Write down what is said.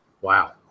Wow